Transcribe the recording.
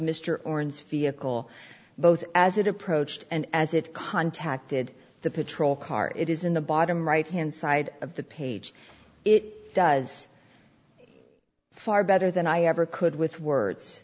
call both as it approached and as it contacted the patrol car it is in the bottom right hand side of the page it does far better than i ever could with words